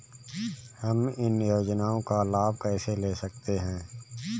हम इन योजनाओं का लाभ कैसे ले सकते हैं?